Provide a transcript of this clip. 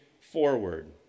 forward